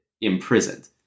imprisoned